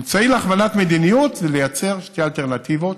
אמצעי להכוונת מדיניות זה ליצור אלטרנטיבות,